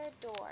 door